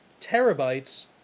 terabytes